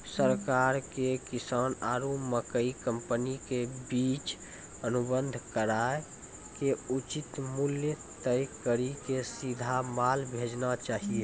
सरकार के किसान आरु मकई कंपनी के बीच अनुबंध कराय के उचित मूल्य तय कड़ी के सीधा माल भेजना चाहिए?